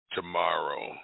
Tomorrow